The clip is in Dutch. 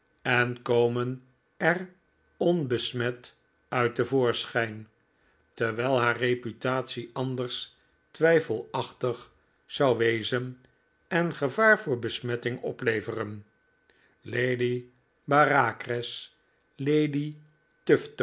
en komen er onbesmet uit te voorschijn terwijl haar reputatie anders twijfelachtig zou wezen en gevaar voor besmetting opleveren lady bareacres lady tufto